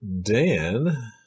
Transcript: dan